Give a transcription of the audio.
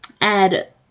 add